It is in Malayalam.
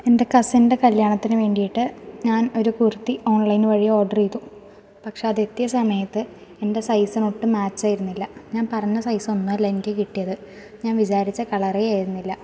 എൻ്റെ കസിൻ്റെ കല്യാണത്തിന് വേണ്ടിയിട്ട് ഞാൻ ഒരു കുർത്തി ഓൺലൈൻ വഴി ഓഡർ ചെയ്തു പക്ഷേ അതെത്തിയ സമയത്ത് എൻ്റെ സൈസിനൊട്ടും മാച്ചായിരുന്നില്ല ഞാൻ പറഞ്ഞ സൈസൊന്നുമല്ല എനിക്ക് കിട്ടിയത് ഞാൻ വിചാരിച്ച കളറേ ആയിരുന്നില്ല